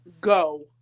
go